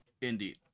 Indeed